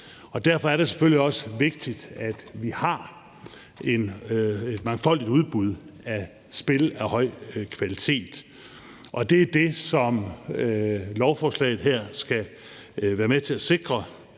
Derfor er det selvfølgelig også vigtigt, at vi har et mangfoldigt udbud af spil af høj kvalitet, og det er det, som lovforslaget her skal være med til at sikre,